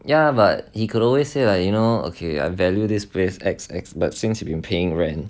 ya but he could always say like you know okay I value this place X X but since you been paying rent